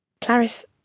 Clarice